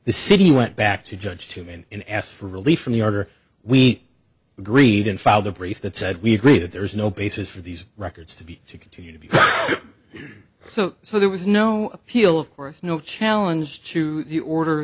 the city went back to judge two men and asked for relief from the order we agreed and filed a brief that said we agree that there is no basis for these records to be to continue to be so so there was no appeal of course no challenge to the order